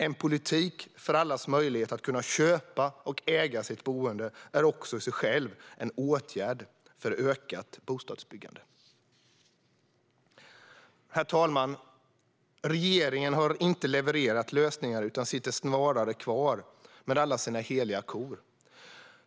En politik för allas möjlighet att köpa och äga sitt boende är också i sig själv en åtgärd för ökat bostadsbyggande. Herr talman! Regeringen har inte levererat lösningar utan sitter kvar med alla sina heliga kor.